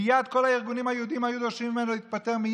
מייד כל הארגונים היהודיים היו דורשים ממנו להתפטר.